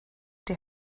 die